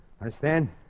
Understand